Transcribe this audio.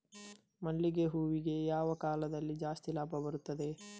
ಮಲ್ಲಿಗೆ ಹೂವಿಗೆ ಯಾವ ಕಾಲದಲ್ಲಿ ಜಾಸ್ತಿ ಲಾಭ ಬರುತ್ತದೆ?